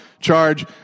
charge